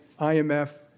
IMF